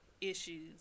issues